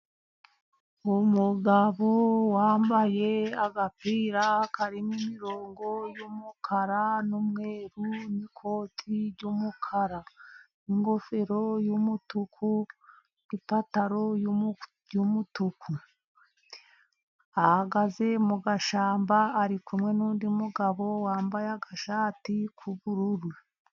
Umugabo wambaye agapira karimo imirongo y'umukara n'umweru n'ikoti ry'umukara n'ingofero y'umutuku n'ipantaro y'umutuku. Ahagaze mu gashyamba ari kumwe nundi mugabo wambaye agashati k'ubururu.